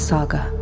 Saga